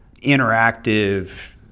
interactive